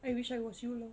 I wish I was you lah